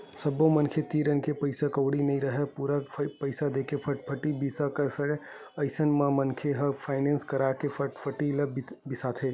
सब्बो मनखे तीर अतेक पइसा कउड़ी नइ राहय के पूरा पइसा देके फटफटी बिसा सकय अइसन म मनखे मन ह फायनेंस करा के फटफटी ल बिसाथे